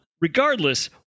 Regardless